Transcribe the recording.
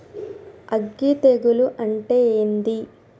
అగ్గి తెగులు అంటే ఏంది?